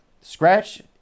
scratch